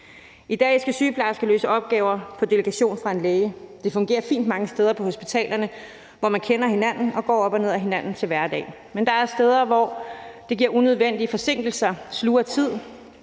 I dag skal sygeplejersker løse opgaver på delegation fra en læge. Det fungerer fint mange steder på hospitalerne, hvor man kender hinanden og går op og ned ad hinanden til hverdag, men der er steder, hvor det giver unødvendige forsinkelser og sluger tid,